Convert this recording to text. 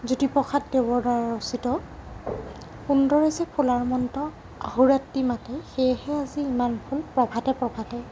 জ্যোতিপ্ৰসাদ দেৱৰ দ্বাৰা ৰচিত সুন্দৰে যে ফুলাৰ মন্ত্ৰ অহোৰাত্ৰি মাতে সেয়েহে আজি ইমান ফুল প্ৰভাতে প্ৰভাতে